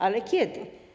Ale kiedy?